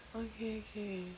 ookay ookay